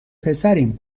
پسریم